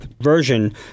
version